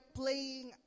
playing